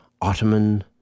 Ottoman